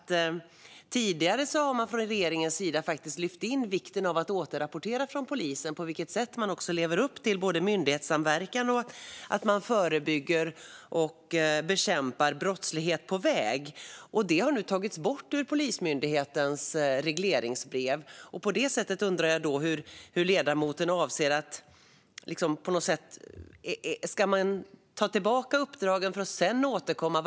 Tidigare har man från regeringens sida lyft fram vikten av att polisen återrapporterar på vilket sätt den lever upp till myndighetssamverkan och förebygger och bekämpar brottslighet på väg, men detta har nu tagits bort ur Polismyndighetens regleringsbrev. Då undrar jag: Ska uppdragen tas tillbaka för att sedan återkomma?